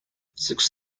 six